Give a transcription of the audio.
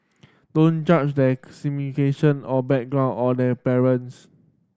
don't judge their or background or their parents